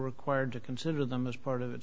required to consider them as part of it